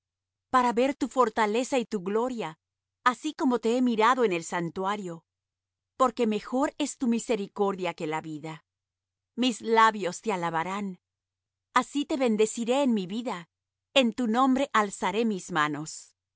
para ver tu fortaleza y tu gloria así como te he mirado en el santuario porque mejor es tu misericordia que la vida mis labios te alabarán así te bendeciré en mi vida en tu nombre alzaré mis manos